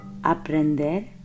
aprender